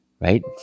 right